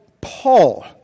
Paul